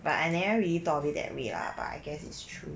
but I never really thought of it that way ah but I guess it's true